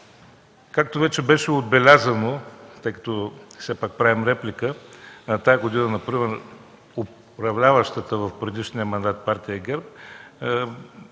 Както вече беше отбелязано, тъй като все пак правя реплика, тази година например управляващата в предишния мандат партия ГЕРБ